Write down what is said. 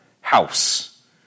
house